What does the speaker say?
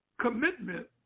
Commitment